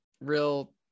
real